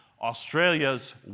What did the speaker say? Australia's